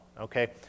Okay